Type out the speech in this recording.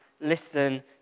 listen